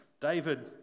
David